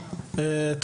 חבר הכנסת יוסף עטאונה.